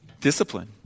discipline